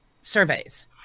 surveys